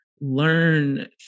learn